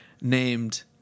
named